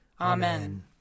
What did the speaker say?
Amen